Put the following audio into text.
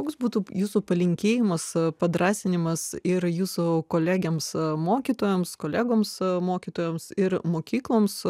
koks būtų jūsų palinkėjimas padrąsinimas ir jūsų kolegoms mokytojams kolegoms mokytojams ir mokykloms